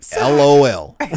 lol